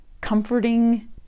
comforting